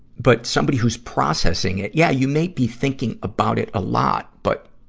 but somebody who's processing it, yeah, you may be thinking about it a lot, but,